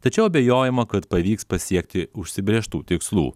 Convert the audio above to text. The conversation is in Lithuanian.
tačiau abejojama kad pavyks pasiekti užsibrėžtų tikslų